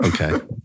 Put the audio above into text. Okay